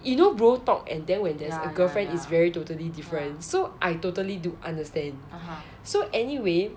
you know bro talk and then when there's a girlfriend is very totally different so I totally do understand so anyway